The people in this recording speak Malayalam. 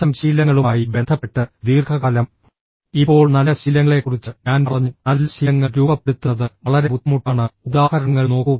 മോശം ശീലങ്ങളുമായി ബന്ധപ്പെട്ട് ദീർഘകാലം ഇപ്പോൾ നല്ല ശീലങ്ങളെക്കുറിച്ച് ഞാൻ പറഞ്ഞു നല്ല ശീലങ്ങൾ രൂപപ്പെടുത്തുന്നത് വളരെ ബുദ്ധിമുട്ടാണ് ഉദാഹരണങ്ങൾ നോക്കൂ